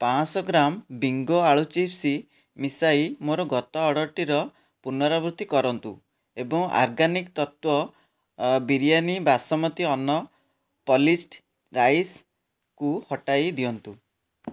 ପାଆଁଶହ gram Bingo ଆଳୁ chips ମିଶାଇ ମୋର ଗତ ଅର୍ଡ଼ର୍ଟିର ପୁନରାବୃତ୍ତି କରନ୍ତୁ ଏବଂ ଅର୍ଗାନିକ୍ ତତ୍ତ୍ଵ ବିରିୟାନି ବାସମତୀ ଅନ୍ପଲିଶ୍ଡ ରାଇସ୍କୁ ହଟାଇ ଦିଅନ୍ତୁ